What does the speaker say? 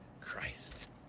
Christ